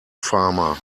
farmer